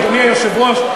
אדוני היושב-ראש,